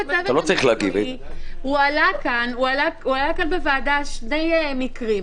הועלו בוועדה שני מקרים.